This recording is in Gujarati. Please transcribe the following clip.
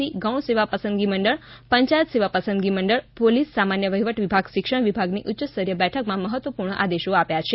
સી ગૌણ સેવા પસંદગી મંડળ પંચાયત સેવા પસંદગી મંડળ પોલીસ સામાન્ય વહિવટ વિભાગ શિક્ષણ વિભાગની ઉચ્ચસ્તરીય બેઠકમાં મહત્વપૂર્ણ આદેશો આપ્યા છે